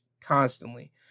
constantly